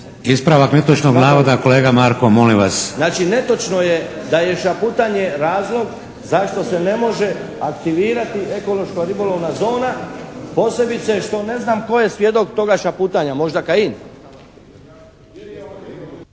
Ispravak netočnog navoda kolega Markov, molim vas. **Markov, Ante (HSS)** Znači netočno je da je šaputanje razlog zašto se ne može aktivirati ekološko ribolovna zona, posebice što ne znam tko je svjedok toga šaputanja, možda Kajin.